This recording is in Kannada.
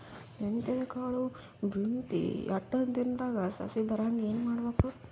ಮೆಂತ್ಯದ ಕಾಳು ಬಿತ್ತಿ ಎಂಟು ದಿನದಾಗ ಸಸಿ ಬರಹಂಗ ಏನ ಮಾಡಬೇಕು?